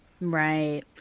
Right